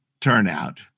turnout